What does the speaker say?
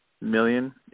million